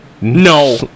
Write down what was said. no